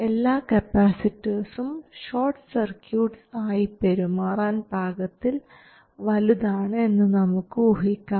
എല്ലാ കപ്പാസിറ്റർസും short circuits ആയി പെരുമാറാൻ പാകത്തിൽ വലുതാണ് എന്ന് നമുക്ക് ഊഹിക്കാം